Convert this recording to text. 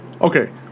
Okay